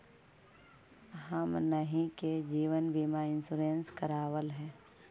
हमनहि के जिवन बिमा इंश्योरेंस करावल है?